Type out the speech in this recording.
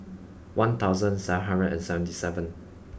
one thousand seven hundred and seventy seven